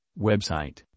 website